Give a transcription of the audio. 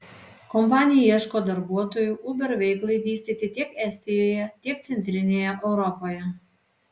kompanija ieško darbuotojų uber veiklai vystyti tiek estijoje tiek centrinėje europoje